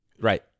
Right